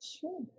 Sure